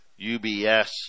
UBS